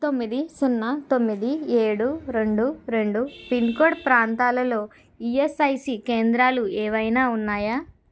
తొమ్మిది సున్నా తొమ్మిది ఏడు రెండు రెండు పిన్కోడ్ ప్రాంతాలలో ఈఎస్ఐసి కేంద్రాలు ఏవైనా ఉన్నాయా